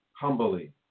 humbly